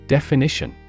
Definition